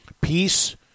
Peace